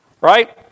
right